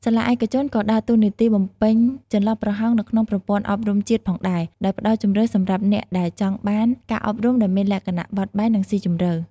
សាលាឯកជនក៏ដើរតួនាទីបំពេញចន្លោះប្រហោងនៅក្នុងប្រព័ន្ធអប់រំជាតិផងដែរ ដោយផ្តល់ជម្រើសសម្រាប់អ្នកដែលចង់បាន ការអប់រំដែលមានលក្ខណៈបត់បែន និងស៊ីជម្រៅ ។